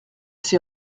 s’est